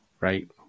right